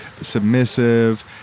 submissive